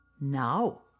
Now